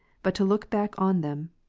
but to look back on them.